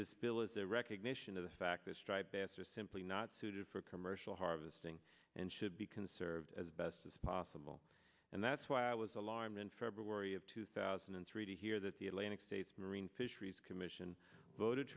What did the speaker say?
a recognition of the fact that striped bass are simply not suited for commercial harvesting and should be conserved as best as possible and that's why i was alarmed in february of two thousand and three to hear that the atlantic states marine fisheries commission voted